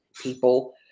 people